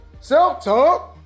Self-Talk